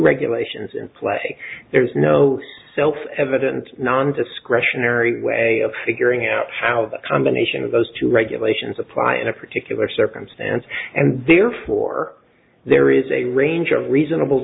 regulations in place there is no self evident non discretionary way of figuring out how a combination of those two regulations apply in a particular circumstance and therefore there is a range of reasonable